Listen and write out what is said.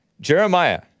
Jeremiah